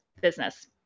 business